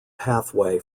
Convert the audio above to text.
pathway